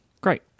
great